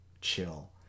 chill